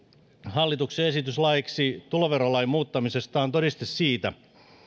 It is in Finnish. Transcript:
hallituksen esitys laiksi tuloverolain muuttamisesta on todiste siitä